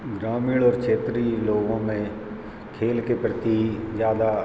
ग्रामीण और क्षेत्रीय लोगों में खेल के प्रति ज़्यादा